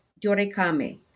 Yorekame